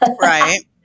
right